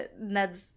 Ned's